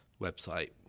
website